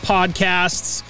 Podcasts